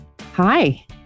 Hi